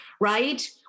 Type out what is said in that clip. right